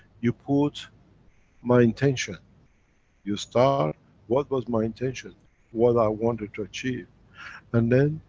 you put my intention you start what was my intention what i wanted to achieve and then,